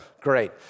Great